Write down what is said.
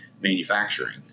manufacturing